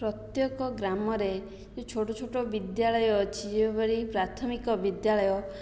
ପ୍ରତ୍ୟେକ ଗ୍ରାମରେ ଯେଉଁ ଛୋଟ ଛୋଟ ବିଦ୍ୟାଳୟ ଅଛି ଯେଉଁ ଭଳି ପ୍ରାଥମିକ ବିଦ୍ୟାଳୟ